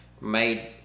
made